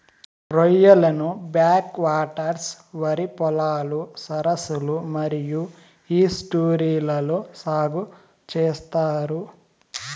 రొయ్యలను backwaters, వరి పొలాలు, సరస్సులు మరియు ఈస్ట్యూరీలలో సాగు చేత్తారు